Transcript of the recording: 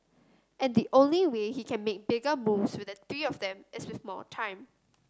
and the only way he can make bigger moves with the three of them is with more time